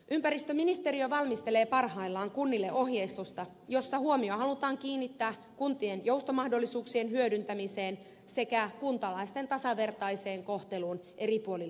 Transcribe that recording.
ympäristöministeriö valmistelee parhaillaan kunnille ohjeistusta jossa huomio halutaan kiinnittää kuntien joustomahdollisuuksien hyödyntämiseen sekä kuntalaisten tasavertaiseen kohteluun eri puolilla suomea